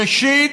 ראשית,